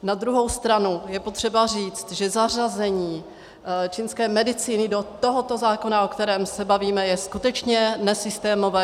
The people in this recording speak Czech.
Na druhou stranu je potřeba říct, že zařazení čínské medicíny do tohoto zákona, o kterém se bavíme, je skutečně nesystémové.